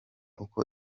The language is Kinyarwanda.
uko